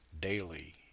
daily